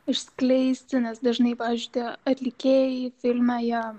išskleisti nes dažnai pavyzdžiui tie atlikėjai filme jie